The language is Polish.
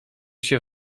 się